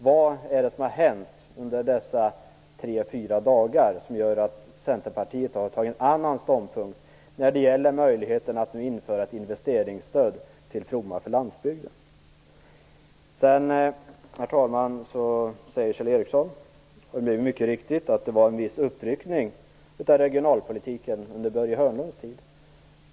Vad är det som har hänt under dessa dagar som gör att Centerpartiet har intagit en annan ståndpunkt när det gäller möjligheten att införa ett investeringsstöd till fromma för landsbygden? Herr talman! Kjell Ericsson säger, mycket riktigt, att det skedde en viss uppryckning av regionalpolitiken under Börje Hörnlunds tid.